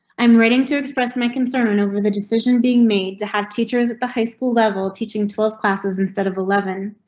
i'm writing to express my concern over the decision being made to have teachers at the high school level teaching twelve classes instead of eleven.